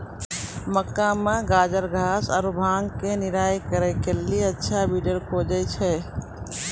मक्का मे गाजरघास आरु भांग के निराई करे के लेली अच्छा वीडर खोजे छैय?